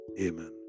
Amen